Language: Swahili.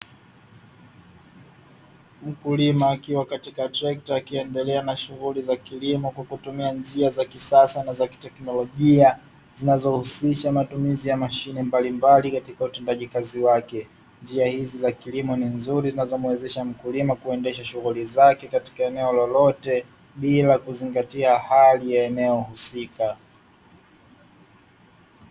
Mkulima akiwa katika trekta akiendelea na shughuli za kilimo kwa kutumia njia za kisasa, na za kiteknolojia zinazohusisha matumizi Mbalimbali katika utendaji kazi wake njia hizi za kilimo ni nzuri zinazomwezesha mkulima, kuendesha shughuli zake katika eneo lolote bila kuzingatia hali ya eneo husika.